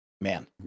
Man